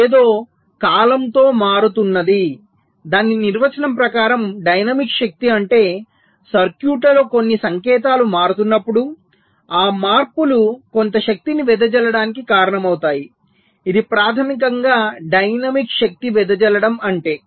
ఏదో కాలంతో మారుతున్నది దాని నిర్వచనం ప్రకారం డైనమిక్ శక్తి అంటే సర్క్యూట్లలో కొన్ని సంకేతాలు మారుతున్నప్పుడు ఆ మార్పులు కొంత శక్తిని వెదజల్లడానికి కారణమవుతాయి ఇది ప్రాథమికంగా డైనమిక్ శక్తి వెదజల్లడం అంటే